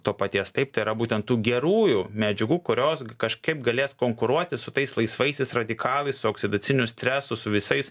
to paties taip tai yra būtent tų gerųjų medžiagų kurios kažkaip galės konkuruoti su tais laisvaisiais radikalais su oksidaciniu stresu su visais